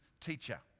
teacher